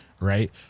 Right